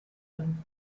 them